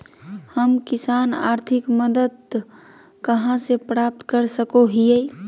हम किसान आर्थिक मदत कहा से प्राप्त कर सको हियय?